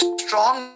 strong